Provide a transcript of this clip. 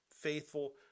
faithful